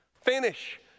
finish